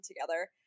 together